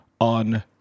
on